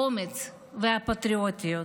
האומץ והפטריוטיות.